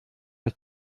ist